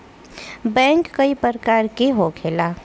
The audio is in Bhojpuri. बैंक कई प्रकार के होखेला